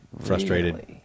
frustrated